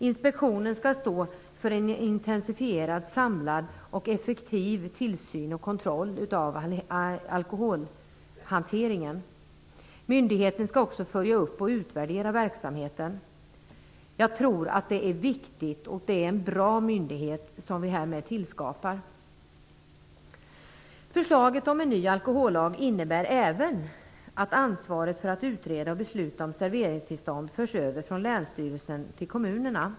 Inspektionen skall stå för en intensifierad samlad och effektiv tillsyn och kontroll av alkoholhanteringen. Myndigheten skall också följa upp och utvärdera verksamheten. Jag tror att det är viktigt, och att det är en bra myndighet som vi härmed tillskapar. Förslaget om en ny alkohollag innebär även att ansvaret för att utreda och besluta om serveringstillstånd förs över från länsstyrelsen till kommunerna.